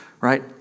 right